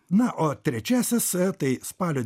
na o trečiasis tai spalio